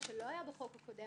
מה שלא היה בחוק הקודם.